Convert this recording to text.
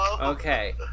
Okay